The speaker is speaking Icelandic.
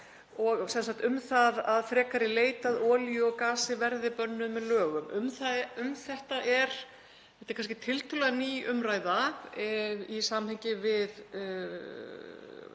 og um það að frekari leit að olíu og gasi verði bönnuð með lögum. Þetta er kannski tiltölulega ný umræða í samhengi við